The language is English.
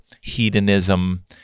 hedonism